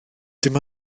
dim